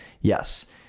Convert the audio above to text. yes